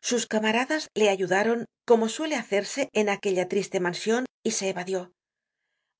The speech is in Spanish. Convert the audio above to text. sus camaradas le ayudaron como suele hacerse en aquella triste mansion y se evadió